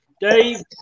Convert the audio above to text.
Dave